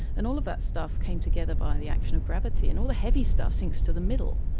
and all of that stuff came together by the action of gravity, and all the heavy stuff sinks to the middle.